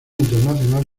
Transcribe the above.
internacional